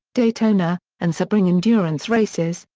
daytona, and sebring endurance races,